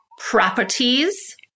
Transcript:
properties